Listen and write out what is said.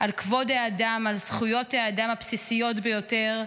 על כבוד האדם, על זכויות האדם הבסיסיות ביותר.